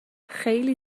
خیلی